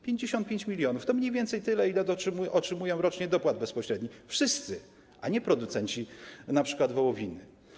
55 mln to mniej więcej tyle, ile otrzymują rocznie dopłat bezpośrednich oni wszyscy, a nie producenci np. wołowiny.